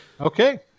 Okay